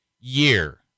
year